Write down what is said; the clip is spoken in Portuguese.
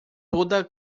toda